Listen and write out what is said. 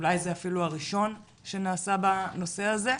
אולי אפילו הראשון שנעשה בנושא הזה.